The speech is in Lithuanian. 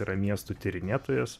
yra miestų tyrinėtojas